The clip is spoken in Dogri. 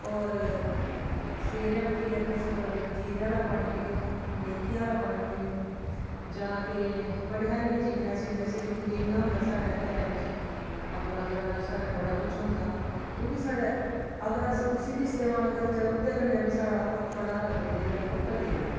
होर सवेरै उट्ठियै तुस जीरे आह्ला पानी पियो मेत्थी आह्ला पानी पियो जां के बड़ी सारियां चीजां ऐसियां जैसे के पुदीना होंदा साढ़े घरें बिच्च अपना ग्रांऽ च साढ़ै बड़ा कुछ होंदा ओह् बी साढ़े अगर अस उस्सी बी इस्तेमाल करचै ओह्दे कन्नै बी साढ़ा बड़ा सारा बेट जेह्ड़ा ओह् घटी जंदा